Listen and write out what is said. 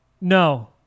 No